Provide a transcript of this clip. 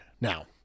now